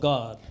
God